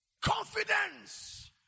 confidence